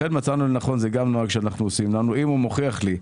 לכן מצאנו לנכון זה גם נוהג שאנחנו פועלים על פיו שאם הוא מוכיח לי,